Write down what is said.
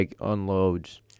unloads